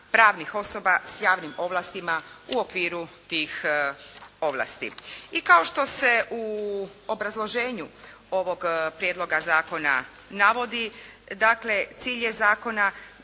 pravnih osoba s javnim ovlastima u okviru tih ovlasti. I kao što se u obrazloženju ovog prijedloga zakona navodi, dakle cilj je